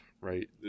right